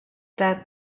that